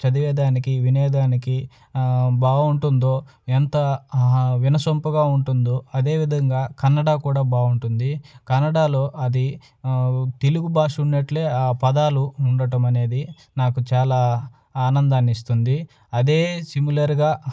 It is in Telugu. చదివేదానికి వినేదానికి బాగుంటుందో ఎంత వినసొంపుగా ఉంటుందో అదేవిధంగా కన్నడ కూడా బాగుంటుంది కన్నడాలో అది తెలుగు భాష ఉన్నట్లే ఆ పదాలు ఉండటం అనేది నాకు చాలా ఆనందాన్నిస్తుంది అదే సిమిలర్గా